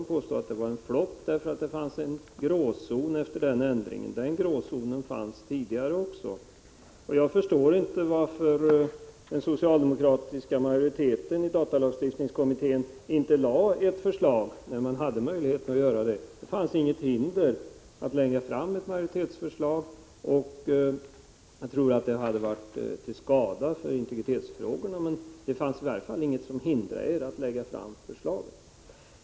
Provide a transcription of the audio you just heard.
Han påstår att de var en ”flopp”, eftersom det fanns en gråzon efter dessa ändringar. Denna gråzon fanns även tidigare. Jag förstår inte varför den socialdemokratiska majoriteten i datalagstiftningskommittén inte lade fram ett förslag när man hade möjlighet att göra det. Det fanns inte något hinder för att lägga fram ett majoritetsförslag. Det hade varit till skada för integritetsfrågorna, och det fanns i varje fall inget som hindrade socialdemokraterna att lägga fram ett förslag.